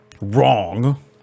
wrong